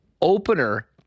opener